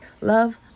love